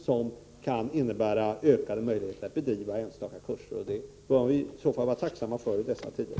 Det kan innebära ökade möjligheter att bedriva enstaka kurser. Det bör vi i så fall vara tacksamma för i dessa tider.